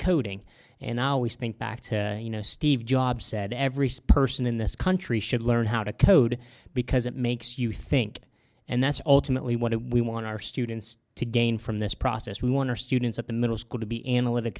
coding and i always think back to you know steve jobs said every spurs in this country should learn how to code because it makes you think and that's ultimately what we want our students to gain from this process we want our students at the middle school to be analytic